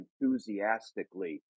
enthusiastically